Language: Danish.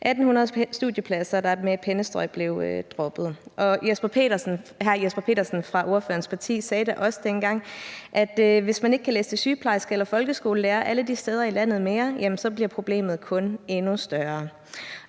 1.800 studiepladser, der med et pennestrøg blev droppet. Hr. Jesper Petersen fra ordførerens parti sagde da også dengang, at hvis man ikke mere kan læse til sygeplejerske eller folkeskolelærer alle de steder i landet, bliver problemet kun endnu større.